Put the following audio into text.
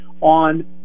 on